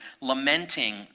lamenting